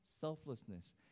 selflessness